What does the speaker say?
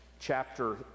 chapter